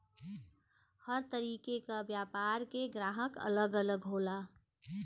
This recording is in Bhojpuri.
हर तरीके क व्यापार के ग्राहक अलग अलग होला